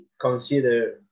consider